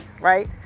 right